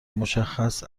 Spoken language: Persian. مشخص